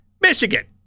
Michigan